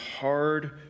hard